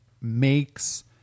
makes